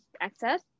access